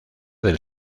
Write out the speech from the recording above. del